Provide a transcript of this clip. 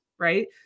Right